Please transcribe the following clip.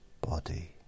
body